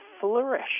flourish